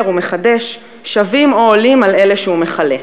ומחדש שווים או עולים על אלה שהוא מכלה.